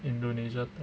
indonesia